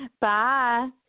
Bye